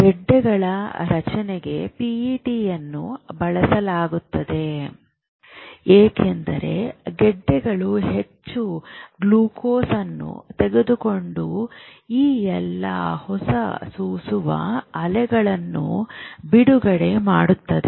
ಗೆಡ್ಡೆಗಳ ರಚನೆಗೆ ಪಿಇಟಿಯನ್ನು ಬಳಸಲಾಗುತ್ತದೆ ಏಕೆಂದರೆ ಗೆಡ್ಡೆಗಳು ಹೆಚ್ಚು ಗ್ಲೂಕೋಸ್ ಅನ್ನು ತೆಗೆದುಕೊಂಡು ಈ ಎಲ್ಲಾ ಹೊರಸೂಸುವ ಅಲೆಗಳನ್ನು ಬಿಡುಗಡೆ ಮಾಡುತ್ತವೆ